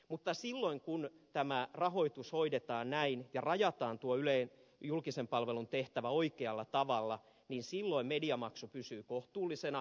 mutta silloin kun tämä rahoitus hoidetaan näin ja rajataan tuo ylen julkisen palvelun tehtävä oikealla tavalla silloin mediamaksu pysyy kohtuullisena